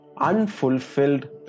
unfulfilled